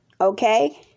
Okay